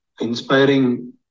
inspiring